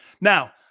Now